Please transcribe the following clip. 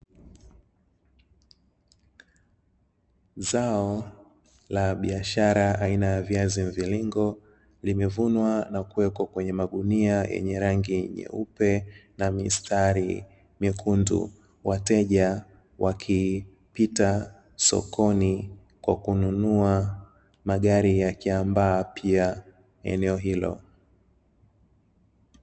Zao la biashara aina ya viazi mviringo, limevunwa na kuwekwa kwenye magunia yenye rangi nyeupe na mistari myekundu. Wateja wakipita sokoni kwa kununua, magari yakiambaa pia eneo hilo.